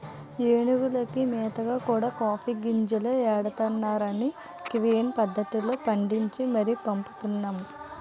ఏనుగులకి మేతగా కూడా కాఫీ గింజలే ఎడతన్నారనీ క్విన్ పద్దతిలో పండించి మరీ పంపుతున్నా